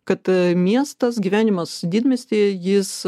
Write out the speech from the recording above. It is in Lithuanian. kad miestas gyvenimas didmiestyje jis